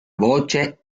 voce